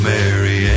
Mary